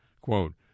Quote